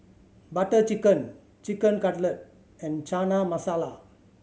Butter Chicken Chicken Cutlet and Chana Masala